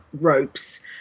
ropes